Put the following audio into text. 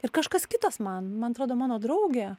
ir kažkas kitas man man atrodo mano draugė